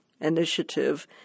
initiative